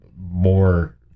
more